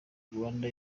rwanda